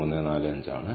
0345 ആണ്